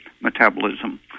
metabolism